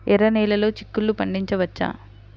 ఎర్ర నెలలో చిక్కుల్లో పండించవచ్చా?